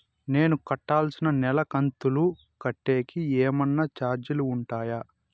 నేను కట్టాల్సిన నెల కంతులు కట్టేకి ఏమన్నా చార్జీలు ఉంటాయా?